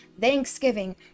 thanksgiving